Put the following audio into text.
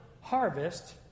harvest